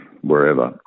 wherever